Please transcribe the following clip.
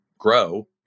grow